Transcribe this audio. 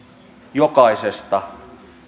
jokaisesta